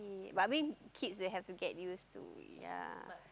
but I mean kids will have to get used to yeah